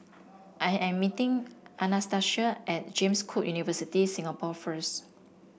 I am meeting Anastacia at James Cook University Singapore first